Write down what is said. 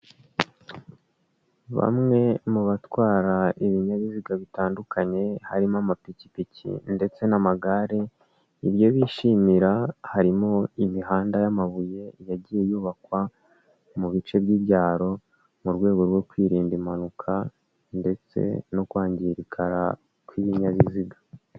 Bamwe mu batwara ibinyabiziga bitandukanye harimo amapikipiki ndetse n'amagare, ibyo bishimira harimo imihanda y'amabuye yagiye yubakwa mu bice by'ibyaro mu rwego rwo kwirinda impanuka ndetse no kwangirika kw'ibinyabiziga.